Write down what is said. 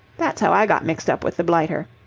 that's how i got mixed up with the blighter.